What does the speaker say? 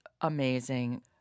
amazing